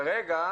כרגע,